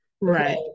Right